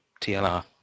tlr